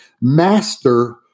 master